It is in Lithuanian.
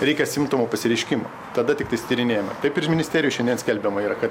reikia simptomų pasireiškimo tada tiktais tyrinėjama taip ir ministerijoj šiandien skelbiama yra kad